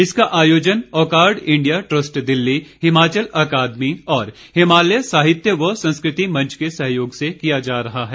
इसका आयोजन ओकार्ड इंडिया ट्रस्ट दिल्ली हिमाचल अकादमी और हिमालय साहित्य व संस्कृति मंच के सहयोग से किया जा रहा है